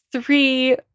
three